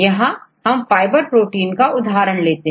यहां हम fibre protein का उदाहरण देते हैं